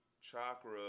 chakra